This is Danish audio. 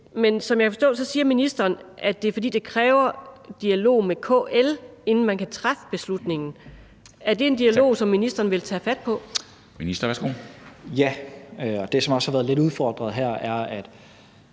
Men som jeg kan forstå det, siger ministeren, at det er, fordi det kræver dialog med KL, inden man kan træffe beslutningen. Er det en dialog, som ministeren vil tage fat på? Kl. 14:08 Formanden (Henrik Dam Kristensen):